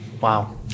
wow